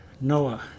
Noah